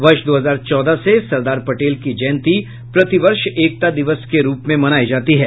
वर्ष दो हजार चौदह से सरदार पटेल की जयंती प्रति वर्ष एकता दिवस के रूप में मनायी जाती है